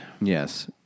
Yes